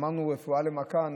אמרנו להקדים רפואה למכה,